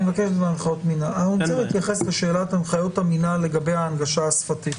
אני רוצה להתייחס לשאלה בהנחיות המינהל לגבי ההנגשה השפתית.